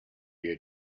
your